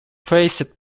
praised